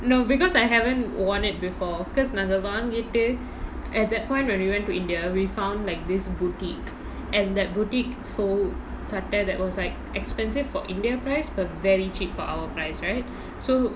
no because I haven't worn it before because நாங்க வாங்கிட்டு:naanga vaangittu at that point when we went to india we found like this boutique and that boutique sold சட்ட:satta that was like expensive for india price but very cheap for our price right so